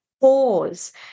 pause